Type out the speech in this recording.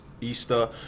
Easter